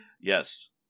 Yes